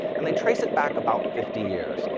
and they trace it back about fifty years,